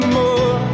more